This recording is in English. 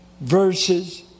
verses